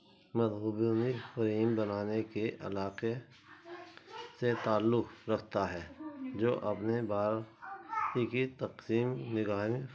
بنانے کے علاقے سے تعلق رکھتا ہے جو اپنے بار ہی کی تقسیم